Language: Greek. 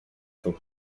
του